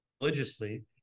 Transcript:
religiously